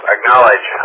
Acknowledge